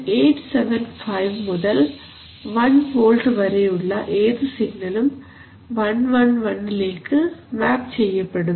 875 മുതൽ 1 വോൾട്ട്സ് വരെയുള്ള ഏതു സിഗ്നലും 111 ലേക്ക് മാപ് ചെയ്യപ്പെടുന്നു